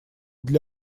для